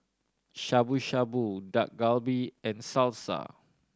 Shabu Shabu Dak Galbi and Salsa